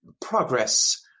progress